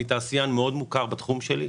מאוד מוכר בתחום שלי,